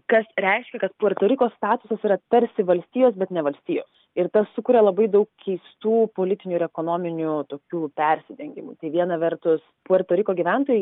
kas reiškia kad puerto riko statusas yra tarsi valstijos bet ne valstijos ir tas sukuria labai daug keistų politinių ir ekonominių tokių persidengimų tai viena vertus puerto riko gyventojai